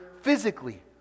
physically